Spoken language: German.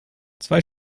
zwei